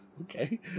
Okay